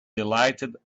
delighted